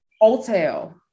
Hotel